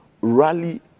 rally